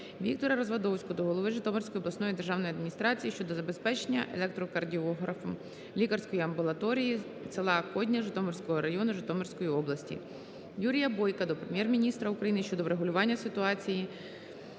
Віктора Развадовського до голови Житомирської обласної державної адміністрації щодо забезпечення електрокардіографом лікарської амбулаторії села Кодня Житомирського району, Житомирської області. Юрія Бойка до Прем'єр-міністра України щодо врегулювання ситуації